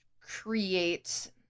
create